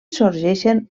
sorgeixen